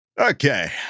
Okay